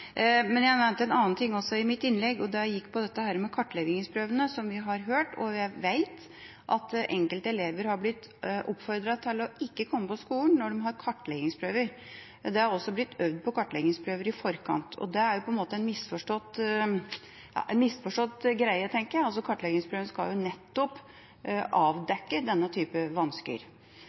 Jeg nevnte en annen ting også i mitt innlegg som gikk på kartleggingsprøver. Vi har hørt, og vi vet, at enkelte elever har blitt oppfordret til ikke å komme på skolen når de har kartleggingsprøver. Det er også blitt øvd på kartleggingsprøver i forkant. Det er en misforstått greie, tenker jeg. Kartleggingsprøvene skal nettopp avdekke denne typen vansker.